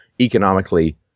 economically